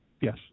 Yes